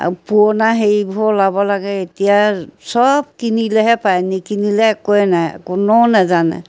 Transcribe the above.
আৰু পুৰণা সেইবোৰ ওলাব লাগে এতিয়া চব কিনিলেহে পায় নেকি কিনিলে একোৱে নাই কোনেও নাজানে